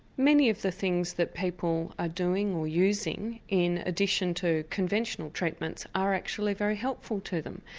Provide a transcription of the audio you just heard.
many of the things that people are doing or using in addition to conventional treatments are actually very helpful to them,